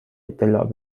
اطلاع